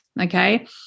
okay